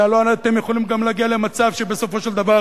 כי הלוא אתם יכולים גם להגיע למצב שבסופו של דבר